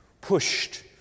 pushed